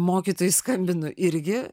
mokytojui skambinu irgi